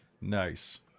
Nice